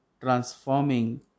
transforming